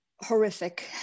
horrific